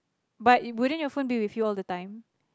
but wouldn't your phone be with you all the time